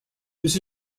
this